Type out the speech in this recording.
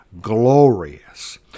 glorious